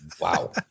Wow